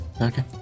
Okay